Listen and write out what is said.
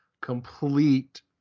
complete